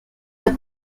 der